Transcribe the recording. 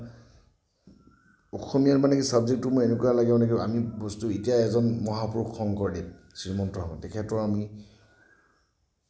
অসমীয়া মানে কি ছাবজেক্টটো মোৰ এনেকুৱা লাগে মানে কি আমি বস্তু এতিয়া এজন মহাপুৰুষ শংকৰদেৱ শ্ৰীমন্ত শংকৰদেৱ তেখেতৰ আমি